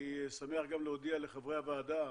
אני שמח גם להודיע לחברי הוועדה,